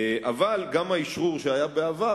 אבל גם האשרור שהיה בעבר,